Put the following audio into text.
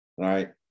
right